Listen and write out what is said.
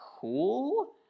cool